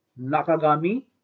Nakagami